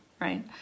right